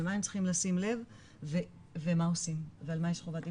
על מה הם צריכים לשים לב ומה עושים ועל מה יש חובת דיווח.